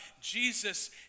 Jesus